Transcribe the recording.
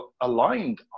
aligned